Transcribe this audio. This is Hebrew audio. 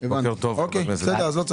כיום אין מענה